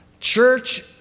Church